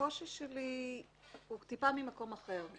הקושי שלי הוא טיפה ממקום אחר.